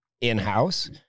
in-house